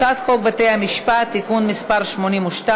אני קובעת כי הצעת חוק לתיקון פקודת הבטיחות בעבודה (מס' 9),